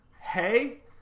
hey